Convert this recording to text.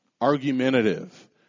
Argumentative